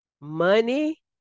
money